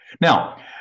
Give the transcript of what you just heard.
now